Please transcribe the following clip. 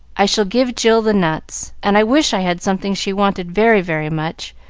i shall give jill the nuts and i wish i had something she wanted very, very much,